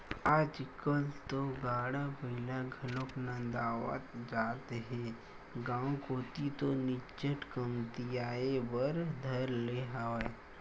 आजकल तो गाड़ा बइला घलोक नंदावत जात हे गांव कोती तो निच्चट कमतियाये बर धर ले हवय